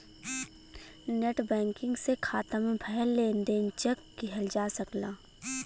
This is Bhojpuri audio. नेटबैंकिंग से खाता में भयल लेन देन चेक किहल जा सकला